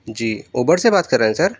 جی Uber سے بات کر رہے ہیں سر